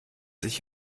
sich